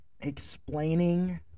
explaining